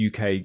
UK